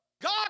God